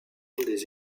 des